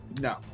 No